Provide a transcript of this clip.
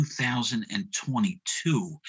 2022